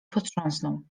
potrząsnął